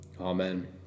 Amen